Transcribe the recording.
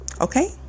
okay